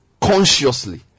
consciously